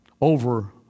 over